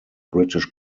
british